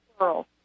world